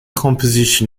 composition